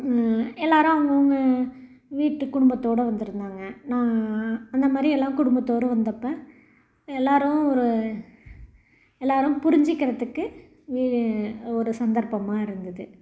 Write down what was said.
எல்லோரும் அவங்க அவங்க வீட்டு குடும்பத்தோடு வந்திருந்தாங்க நான் அந்தமாதிரி எல்லாம் குடும்பத்தோடு வந்தப்போ எல்லோரும் ஒரு எல்லோரும் புரிஞ்சுக்கிறத்துக்கு வி ஒரு சந்தர்ப்பமாக இருந்தது